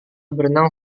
berenang